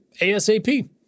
ASAP